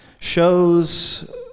shows